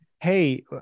hey